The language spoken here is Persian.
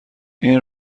این